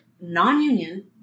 non-union